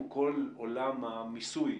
כל עולם המיסוי,